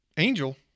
angel